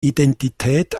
identität